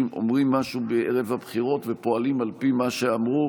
אומרים משהו בערב הבחירות ופועלים על פי מה שאמרו,